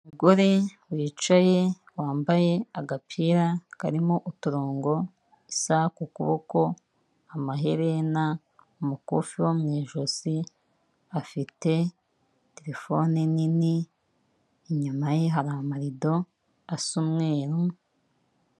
Umugore wicaye wambaye agapira karimo uturongo, isaha ku kuboko, amaherena ,umukufi wo mu ijosi afite terefone nini inyuma ye hari amarido asa umweru.